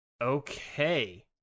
Okay